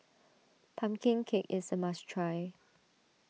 Pumpkin Cake is a must try